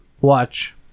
watch